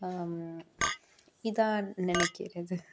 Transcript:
இதான் நினைக்கிறது